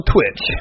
Twitch